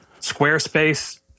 Squarespace